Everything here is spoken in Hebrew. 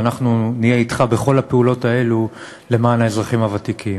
ואנחנו נהיה אתך בכל הפעולות האלה למען האזרחים הוותיקים.